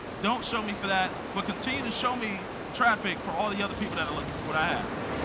don't show me for that, but continue to show me traffic for all the other people that are looking for what i have.